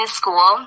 school